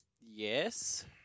Yes